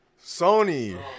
Sony